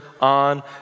on